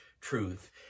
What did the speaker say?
truth